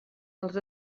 els